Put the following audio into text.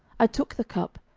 i took the cup,